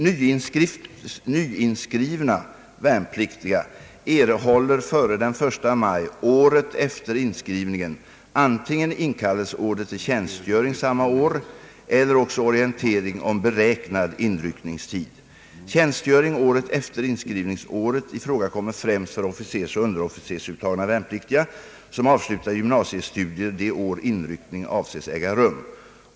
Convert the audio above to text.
Nyinskrivna värnpliktiga erhåller före den 1 maj året efter inskrivningen antingen inkallelseorder till tjänstgöring samma år eller också orientering om beräknad inryckningstid. Tjänstgöring året efter inskrivningsåret ifrågakommer främst för officersoch underofficersuttagna värnpliktiga, som avslutar gymnasiestudier det år inryckning avses äga rum.